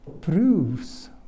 proves